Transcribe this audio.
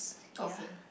okay